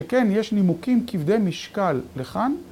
וכן, יש נימוקים כבדי משקל לכאן